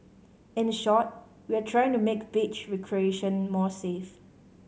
in a short we are trying to make beach recreation more safe